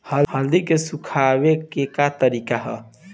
हल्दी के सुखावे के का तरीका ह?